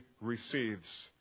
receives